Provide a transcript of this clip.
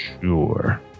Sure